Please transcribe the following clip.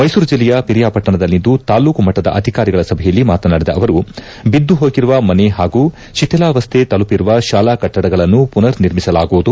ಮೈಸೂರು ಜಿಲ್ಲೆಯ ಪಿರಿಯಾಪಟ್ಟಣದಲ್ಲಿಂದು ತಾಲ್ಲೂಕು ಮಟ್ಟದ ಅಧಿಕಾರಿಗಳ ಸಭೆಯಲ್ಲಿ ಮಾತನಾಡಿದ ಅವರು ಬಿದ್ದು ಹೋಗಿರುವ ಮನೆ ಹಾಗೂ ಶಿಥಿಲಾವಸ್ಥೆ ತಲುಪಿರುವ ಶಾಲಾ ಕಟ್ಟಡಗಳನ್ನು ಪುನರ್ ನಿರ್ಮಿಸಲಾಗುವುದು